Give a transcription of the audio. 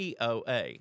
poa